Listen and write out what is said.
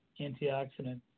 antioxidant